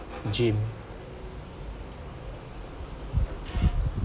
gym